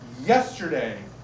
yesterday